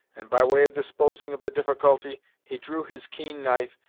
and by way of disposing of the difficulty, he drew his keen knife,